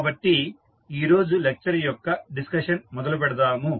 కాబట్టి ఈరోజు లెక్చర్ యొక్క డిస్కషన్ మొదలు పెడదాము